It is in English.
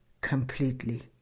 completely